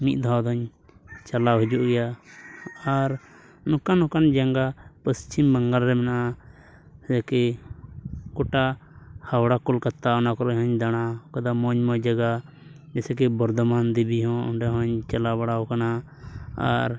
ᱢᱤᱫ ᱫᱷᱟᱣ ᱫᱚᱧ ᱪᱟᱞᱟᱣ ᱦᱤᱡᱩᱜ ᱜᱮᱭᱟ ᱟᱨ ᱱᱚᱝᱠᱟᱱ ᱱᱚᱝᱠᱟᱱ ᱡᱟᱭᱜᱟ ᱯᱚᱥᱪᱤᱢ ᱵᱟᱝᱜᱟᱞ ᱨᱮ ᱢᱮᱱᱟᱜᱼᱟ ᱡᱮᱭᱥᱮ ᱠᱤ ᱜᱚᱴᱟ ᱦᱟᱣᱲᱟ ᱠᱳᱞᱠᱟᱛᱟ ᱚᱱᱟ ᱠᱚᱨᱮᱜ ᱦᱚᱧ ᱫᱟᱲᱟᱣ ᱠᱟᱫᱟ ᱢᱚᱡᱽᱼᱢᱚᱡᱽ ᱡᱟᱭᱜᱟ ᱡᱮᱥᱮ ᱠᱤ ᱵᱚᱨᱫᱷᱚᱢᱟᱱ ᱫᱮᱵᱤ ᱦᱚᱸ ᱚᱸᱰᱮ ᱦᱚᱧ ᱪᱟᱞᱟᱣ ᱵᱟᱲᱟᱣ ᱠᱟᱱᱟ ᱟᱨ